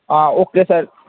હા okay sir